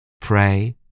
pray